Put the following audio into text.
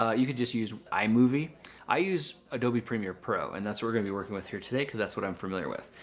you could just use imovie. i use adobe premiere pro and that's we're going to be working with here today because that's what i'm familiar with.